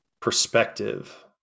perspective